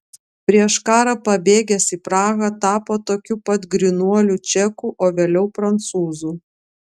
prieš karą pabėgęs į prahą tapo tokiu pat grynuoliu čeku o vėliau prancūzu